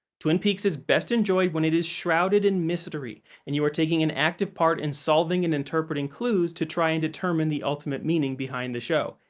twin peaks is best enjoyed when it is shrouded in mystery and you are taking an active part in solving and interpreting clues to try and determine the ultimate meaning behind the show.